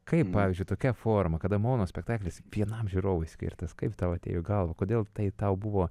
kaip pavyzdžiui tokia forma kada monospektaklis vienam žiūrovui skirtas kaip tau atėjo į galvą kodėl tai tau buvo